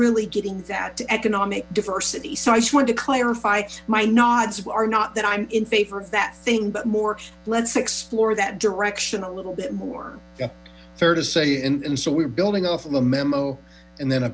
really getting that economic diversity so i just want to clarify my nods are not that i'm in favor of that thing but more let's explore that direction a little bit more fair to say and so we're building off of the memo and then a